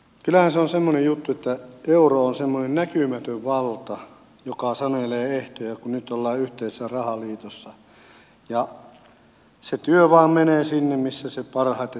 kyllähän se on semmoinen juttu että euro on semmoinen näkymätön valta joka sanelee ehtoja kun nyt ollaan yhteisessä rahaliitossa ja se työ vain menee sinne missä se euro parhaiten tuottaa